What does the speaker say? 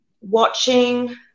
watching